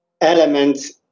elements